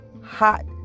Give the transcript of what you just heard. hot